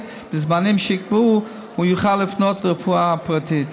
בזמנים שייקבעו הוא יוכל לפנות לרפואה הפרטית,